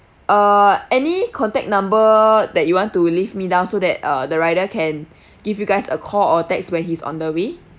err any contact number that you want to leave me down so that uh the rider can give you guys a call or text when he's on the way